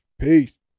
Peace